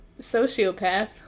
sociopath